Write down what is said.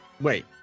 Wait